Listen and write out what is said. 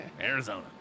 arizona